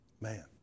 Man